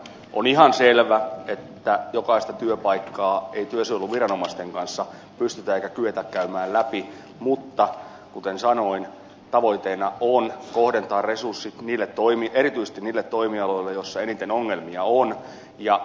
on ihan selvä että jokaista työpaikkaa ei työsuojeluviranomaisten kanssa pystytä eikä kyetä käymään läpi mutta kuten sanoin tavoitteena on kohdentaa resurssit erityisesti niille toimialoille joilla eniten ongelmia on